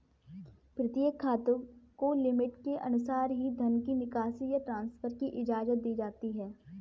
प्रत्येक खाते को लिमिट के अनुसार ही धन निकासी या ट्रांसफर की इजाजत दी जाती है